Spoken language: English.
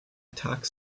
tax